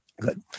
Good